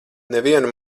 nevienu